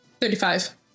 Thirty-five